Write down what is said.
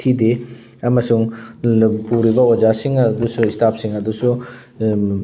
ꯊꯤꯗꯦ ꯑꯃꯁꯨꯡ ꯄꯨꯔꯤꯕ ꯑꯣꯖꯥꯁꯤꯡ ꯑꯗꯨꯁꯨ ꯏꯁꯇꯥꯞꯁꯤꯡ ꯑꯗꯨꯁꯨ